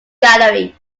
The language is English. gallery